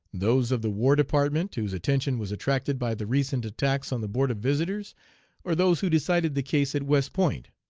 those of the war department, whose attention was attracted by the recent attacks on the board of visitors or those who decided the case at west point?